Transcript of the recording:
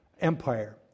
empire